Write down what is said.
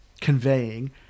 conveying